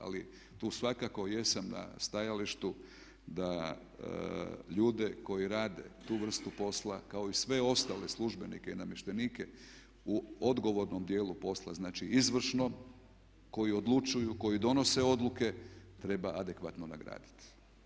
Ali tu svakako jesam na stajalištu da ljude koji rade tu vrstu posla kao i sve ostale službenike i namještenike u odgovornom dijelu posla, znači izvršnom koji odlučuju, koji donose odluke treba adekvatno nagraditi.